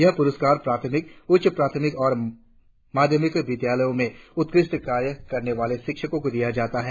यह पुरस्कार प्राथमिक उच्च प्राथमिक और माध्यमिक विद्यालयों में उतकृष्ट कार्य करने वाले शिक्षकों को दिया जाता है